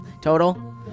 total